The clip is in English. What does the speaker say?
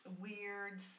weird